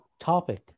topic